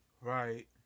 Right